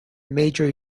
major